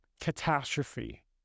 catastrophe